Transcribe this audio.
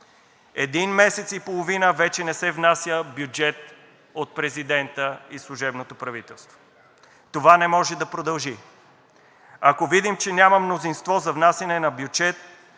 Един месец и половина вече не се внася бюджет от президента и служебното правителство. Това не може да продължи. Ако видим, че няма мнозинство за внасяне на бюджет